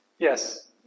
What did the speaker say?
Yes